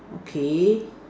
okay